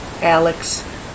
Alex